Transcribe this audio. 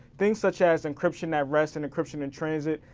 things such as encryption at rest and encryption in transit,